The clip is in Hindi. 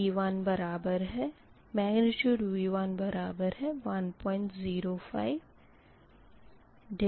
V1 का शुरुआती मेग्निट्यूड 105 दिया गया है